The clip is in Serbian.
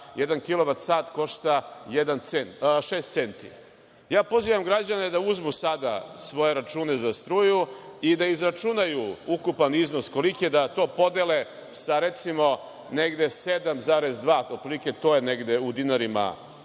sat košta šest centi. Pozivam građane da uzmu sada svoje račune za struju i da izračunaju ukupan iznos koliki je, da to podele sa recimo negde 7,2, otprilike to je negde u dinarima